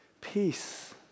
Peace